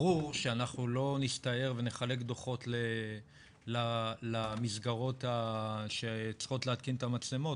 ברור שאנחנו לא נסתער ונחלק דו"חות למסגרות שצריכות להתקין את המצלמות,